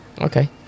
Okay